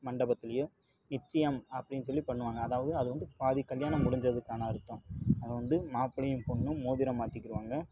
மண்டபத்துலேயோ நிச்சியம் அப்படின் சொல்லி பண்ணுவாங்க அதாவது அது வந்து பாதி கல்யாணம் முடிஞ்சதுக்கான அர்த்தம் அது வந்து மாப்பிளையும் பொண்ணும் மோதிரம் மாற்றிக்கிருவாங்க